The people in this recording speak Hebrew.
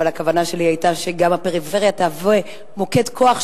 אבל הכוונה שלי היתה שגם הפריפריה תהווה מוקד כוח,